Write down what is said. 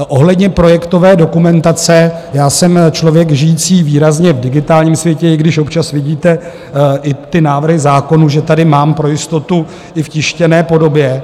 Ohledně projektové dokumentace: já jsem člověk žijící výrazně v digitálním světě, i když občas vidíte, že i ty návrhy zákonů tady mám pro jistotu i v tištěné podobě.